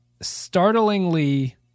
startlingly